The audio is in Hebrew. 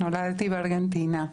נולדתי בארגנטינה.